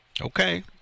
Okay